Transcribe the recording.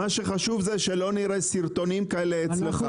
מה שחשוב זה שלא נראה סרטונים כאלה אצל,.